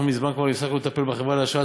אנחנו כבר מזמן הפסקנו לטפל בחברה להשבה,